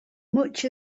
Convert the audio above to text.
much